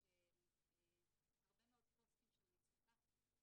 יש הרבה מאוד פוסטים של מצוקה.